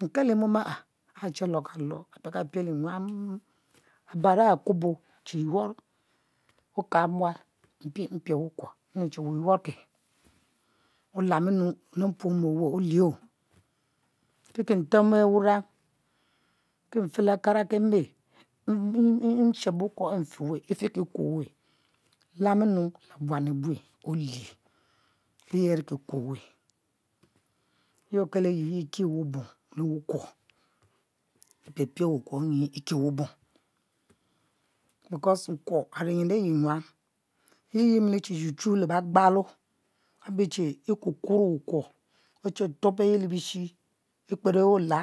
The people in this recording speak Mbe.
Nke lo mom a'e che apiek piel nyuam obara akubo che your okab mual mpie mpiel wukuo mue che weh yuor ke dam nu le mpuome oweh olie o' iri ki nten wurang mfe le kara ke me me nshep wukuo e mfe weh lam nu le buan abue olie ye ari ki kuo weh yi okelo ye iki wubung le wukuo e'piepiel wukuo nyi e'ki wubung, because wu kuo ari ntin ayi nyuam yi ye e'milichi chu chu le begbalo abe che ikuor kuor wukuo iche tuob e'libishi e'che kper e'ola